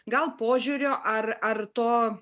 gal požiūrio ar ar to